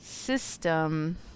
system